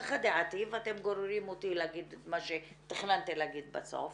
כך דעתי ואתם גוררים אותי להגיד את מה שתכננתי להגיד בסוף